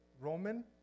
Roman